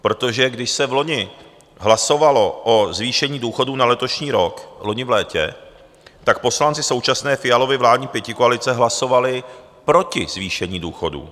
Protože když se vloni hlasovalo o zvýšení důchodů na letošní rok, loni v létě, tak poslanci současné Fialovy vládní pětikoalice hlasovali proti zvýšení důchodů.